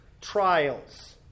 trials